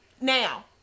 Now